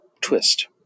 twist